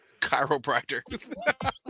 Chiropractor